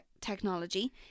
technology